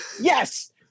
yes